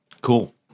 Cool